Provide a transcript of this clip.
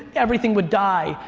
everything would die.